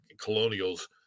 Colonials